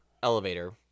elevator